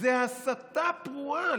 זה הסתה פרועה.